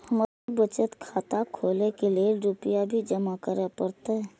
हमर बचत खाता खोले के लेल रूपया भी जमा करे परते?